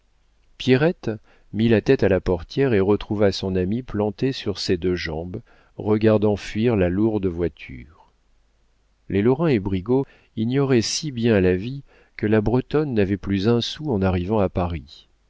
pierrette mit la tête à la portière et retrouva son ami planté sur ses deux jambes regardant fuir la lourde voiture les lorrain et brigaut ignoraient si bien la vie que la bretonne n'avait plus un sou en arrivant à paris